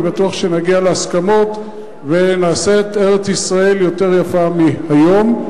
אני בטוח שנגיע להסכמות ונעשה את ארץ-ישראל יותר יפה מכפי שהיא היום.